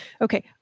okay